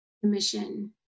commission